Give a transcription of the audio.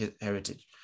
heritage